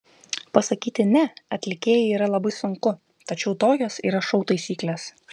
pasakyti ne atlikėjai yra labai sunku tačiau tokios yra šou taisyklės